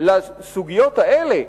לסוגיות האלה,